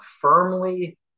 firmly